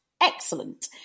Excellent